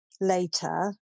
later